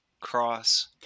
cross